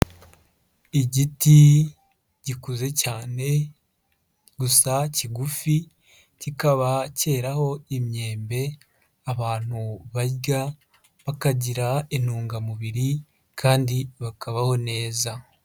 Igiti gikuze cyane gusa kigufi kikaba cyeraho imyembe abantu barya bakagira intungamubiri kandi bakabaho neza.